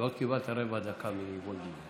וקיבלת עוד רבע דקה מוולדיגר.